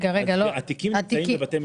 התיקים נמצאים בבתי משפט.